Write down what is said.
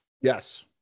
Yes